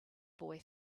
boy